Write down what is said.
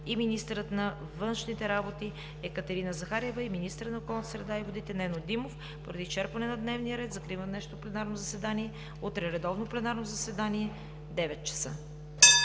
и министър на външните работи Екатерина Захариева, и министърът на околната среда и водите Нено Димов. Поради изчерпване на дневния ред закривам днешното пленарно заседание. Утре – редовно пленарно заседание от